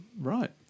right